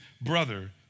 brother